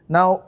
Now